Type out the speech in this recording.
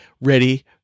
ready